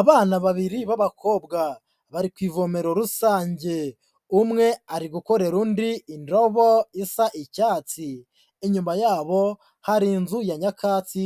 Abana babiri b'abakobwa, bari ku ivomero rusange, umwe ari gukorera undi indobo isa icyatsi, inyuma yabo hari inzu ya nyakatsi,